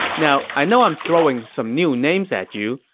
now i know i'm throwing some new names at you,